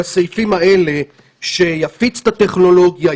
בסעיפים האלה שיפיץ את הטכנולוגיה,